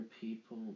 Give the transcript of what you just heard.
people